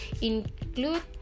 include